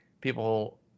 people